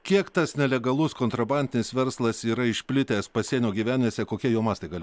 kiek tas nelegalus kontrabandinis verslas yra išplitęs pasienio gyvenvietėse kokie jo mastai gali